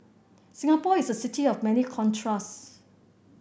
Singapore is a city of many contrast